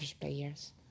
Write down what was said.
players